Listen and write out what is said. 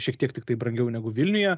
šiek tiek tiktai brangiau negu vilniuje